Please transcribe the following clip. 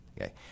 Okay